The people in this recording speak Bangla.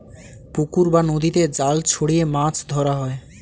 পুকুর বা নদীতে জাল ছড়িয়ে মাছ ধরা হয়